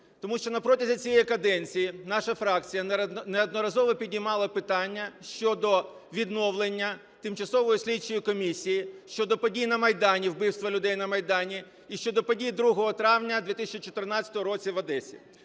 Тому що на протязі цієї каденції наша фракція неодноразово підіймала питання щодо відновлення тимчасової слідчої комісії щодо подій на Майдані, вбивства людей на Майдані, і щодо подій 2 травня 2014 року в Одесі.